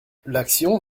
l’action